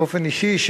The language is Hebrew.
באופן אישי,